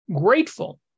grateful